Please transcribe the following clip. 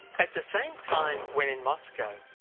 at the same time when in moscow,